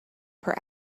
per